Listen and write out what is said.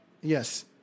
Yes